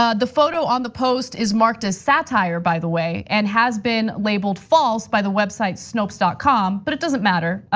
ah the photo on the post is marked as satire, by the way, and has been labeled false by the website snopes com, but it doesn't matter.